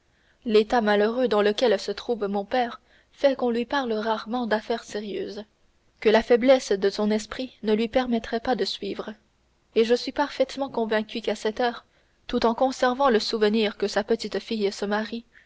l'état malheureux dans lequel se trouve mon père fait qu'on lui parle rarement d'affaires sérieuses que la faiblesse de son esprit ne lui permettrait pas de suivre et je suis parfaitement convaincu qu'à cette heure tout en conservant le souvenir que sa petite-fille se marie